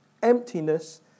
emptiness